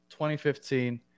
2015